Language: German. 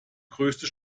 größte